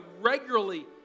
regularly